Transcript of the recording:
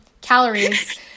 calories